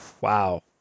Wow